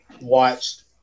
watched